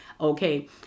Okay